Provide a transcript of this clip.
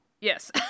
Yes